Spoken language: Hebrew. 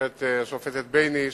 השופטת בייניש,